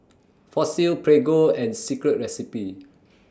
Fossil Prego and Secret Recipe